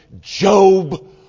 Job